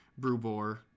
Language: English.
Brubor